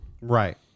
Right